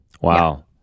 Wow